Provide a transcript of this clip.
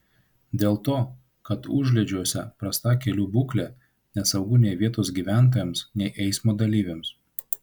dėl to kad užliedžiuose prasta kelių būklė nesaugu nei vietos gyventojams nei eismo dalyviams